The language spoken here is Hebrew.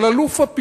אבל אלוף הפיקוד